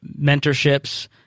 mentorships